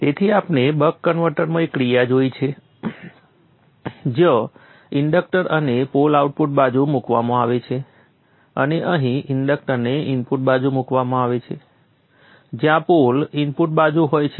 તેથી આપણે બક કન્વર્ટરમાં એક ક્રિયા જોઇ છે જ્યાં ઇન્ડક્ટર અને પોલ આઉટપુટ બાજુ મૂકવામાં આવે છે અને અહીં ઇન્ડક્ટરને ઇનપુટ બાજુ મૂકવામાં આવે છે જ્યાં પોલ ઇનપુટ બાજુ હોય છે